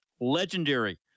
legendary